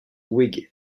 whig